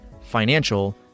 financial